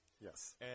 Yes